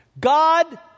God